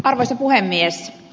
arvoisa puhemies